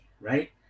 right